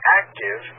active